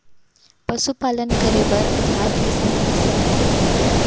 पशुपालन करे बर उधार कइसे मिलिस सकथे?